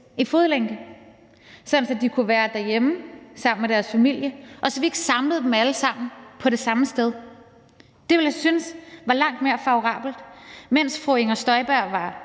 i fodlænke, sådan at de kunne være derhjemme sammen med deres familie, og så vi ikke samlede dem alle sammen på det samme sted. Det ville jeg synes var langt mere fordelagtigt. Mens fru Inger Støjberg var